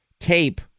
tape